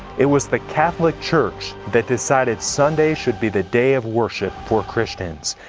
it was the catholic church that decided sunday should be the day of worship for christians,